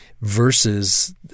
versus